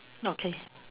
okay